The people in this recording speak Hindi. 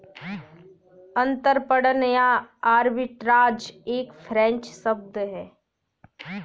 अंतरपणन या आर्बिट्राज एक फ्रेंच शब्द है